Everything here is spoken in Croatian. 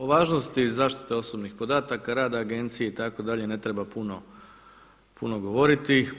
O važnosti zaštite osobnih podataka, rada Agencije itd. ne treba puno govoriti.